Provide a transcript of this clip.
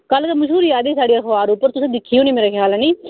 कल्ल गै मशहूरी आई दी ही साढ़ी अखबार उप्पर तुसें दिक्खी होनी मेरे ख्याल कन्नै